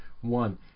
One